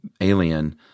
Alien